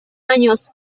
años